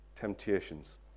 temptations